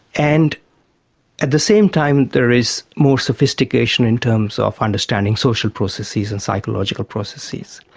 and at the same time there is more sophistication in terms of understanding social processes and psychological processes.